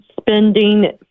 spending